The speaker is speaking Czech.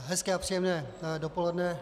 Hezké a příjemné dopoledne.